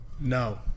No